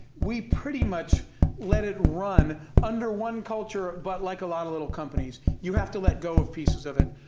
we pretty much let it run under one culture, but like a lot of little companies. you have to let go of pieces of it.